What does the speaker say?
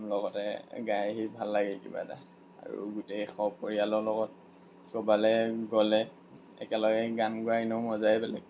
লগতে গাই আহি ভাল লাগে কিবা এটা আৰু গোটেই সপৰিয়ালৰ লগত ক'ৰবালৈ গ'লে একেলগে গান গোৱা ইনেও মজাই বেলেগ